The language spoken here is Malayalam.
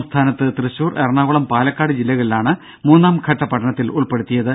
സംസ്ഥാനത്ത് തൃശൂർ എറണാകുളം പാലക്കാട് ജില്ലകളിലാണ് മൂന്നാംഘട്ട പഠനത്തിൽ ഉൾപ്പെടുത്തിയത്